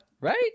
right